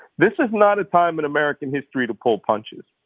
this is not a time in american history to pull punches.